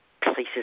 places